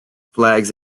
flags